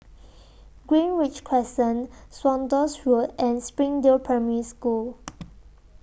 Greenridge Crescent Saunders Road and Springdale Primary School